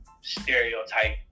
stereotype